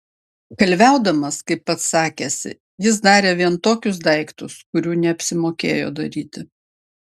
kalviaudamas kaip pats sakėsi jis darė vien tokius daiktus kurių neapsimokėjo daryti